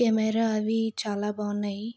camera అవి చాలా బాగున్నాయి